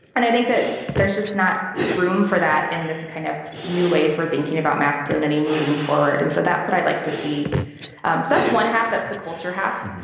and i think that there's just not room for that in this kind of new ways where thinking about masculinity moving forward. and so that's what i'd like to see. um so that's one half. that's the culture. half.